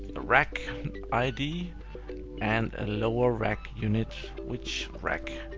ah rack id and a lower rack unit. which rack?